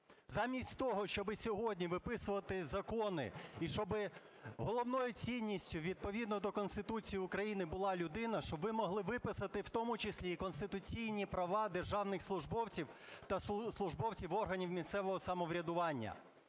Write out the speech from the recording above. Замість того, щоб сьогодні виписувати закони і щоб головною цінністю відповідно до Конституції України була людина, щоб ви могли виписати в тому числі і конституційні права державних службовців та службовців органів місцевого самоврядування.